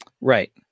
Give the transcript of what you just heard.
right